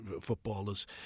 footballers